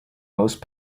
most